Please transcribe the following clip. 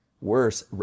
worse